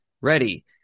ready